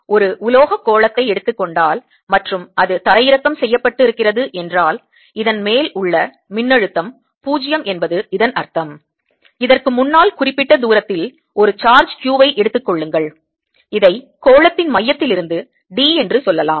ஒரு உலோகக் கோளத்தை எடுத்துக்கொண்டால் மற்றும் அது தரையிறக்கம் செய்யப்பட்டு இருக்கிறது என்றால் இதன் மேல் உள்ள மின்னழுத்தம் 0 என்பது இதன் அர்த்தம் இதற்கு முன்னால் குறிப்பிட்ட தூரத்தில் ஒரு சார்ஜ் q ஐ எடுத்துக் கொள்ளுங்கள் இதை கோளத்தின் மையத்திலிருந்து d என்று சொல்லலாம்